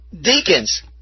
Deacons